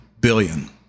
billion